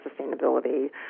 sustainability